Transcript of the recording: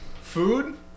Food